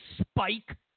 Spike